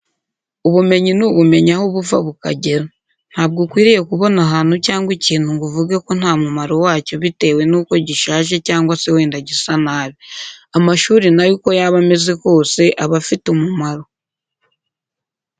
Ubumenyi ni ubumenyi aho buva bukagera. Ntabwo ukwiriye kubona ahantu cyangwa ikintu ngo uvuge ko nta mumaro wacyo bitewe n'uko gishaje cyangwa se wenda gisa nabi. Amashuri na yo uko yaba ameze kose, aba afite umumaro.